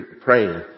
praying